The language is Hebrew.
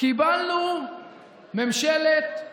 אני רוצה